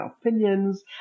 opinions